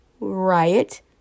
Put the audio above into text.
riot